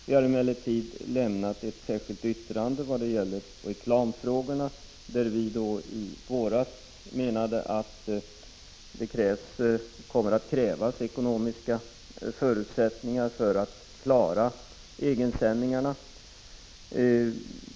Vi har emellertid lämnat ett särskilt yttrande vad gäller reklamfrågorna, där vi i våras menade att det kommer att krävas ekonomiska förutsättningar för att klara egensändningarna.